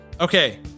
okay